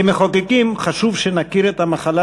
כמחוקקים חשוב שנכיר את המחלה,